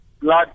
Blood